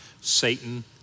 Satan